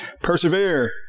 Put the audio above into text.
Persevere